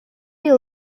you